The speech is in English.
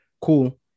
Cool